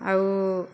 ଆଉ